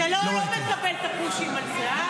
אתה לא מקבל את הפושים על זה.